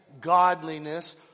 godliness